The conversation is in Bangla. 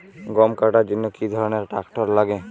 গম কাটার জন্য কি ধরনের ট্রাক্টার লাগে?